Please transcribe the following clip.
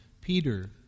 Peter